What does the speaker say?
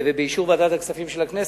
ובאישור ועדת הכספים של הכנסת,